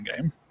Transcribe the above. game